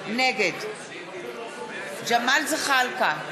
נגד ג'מאל זחאלקה,